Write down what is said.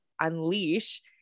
unleash